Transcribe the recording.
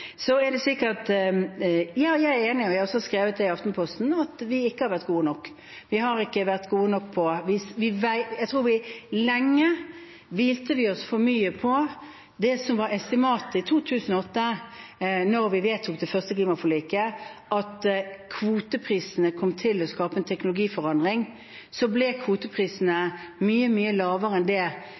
i at vi ikke har vært gode nok. Jeg tror at vi lenge hvilte oss for mye på det som var estimatet i 2008, da vi vedtok det første klimaforliket, at kvoteprisene kom til å skape en teknologiforandring. Så ble kvoteprisene mye lavere enn det